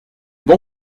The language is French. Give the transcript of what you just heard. bon